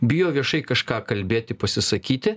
bijo viešai kažką kalbėti pasisakyti